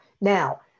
now